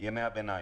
ימי הביניים.